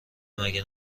مگه